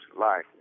life